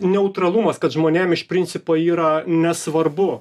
neutralumas kad žmonėm iš principo yra nesvarbu